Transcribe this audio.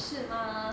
是吗